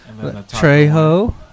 trejo